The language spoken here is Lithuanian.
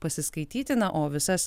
pasiskaityti na o visas